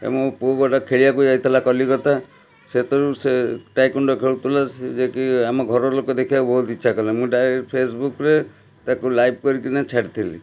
ଏବଂ ପୁଅ ଗୋଟେ ଖେଳିବାକୁ ଯାଇଥିଲା କଲିକତା ସେତୋଳୁ ସେ ଟାଇକୋଣ୍ଡ ଖେଳୁଥିଲା ସେ ଯିଏକି ଆମ ଘର ଲୋକ ଦେଖିବାକୁ ବହୁତ ଇଚ୍ଛା କଲେ ମୁଁ ଡାଇରେକ୍ଟ ଫେସବୁକରେ ତାକୁ ଲାଇଭ କରିକିନା ଛାଡ଼ିଥିଲି